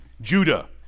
Judah